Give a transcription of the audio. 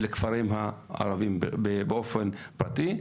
ולכפרים הערבים בפרט,